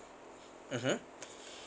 mmhmm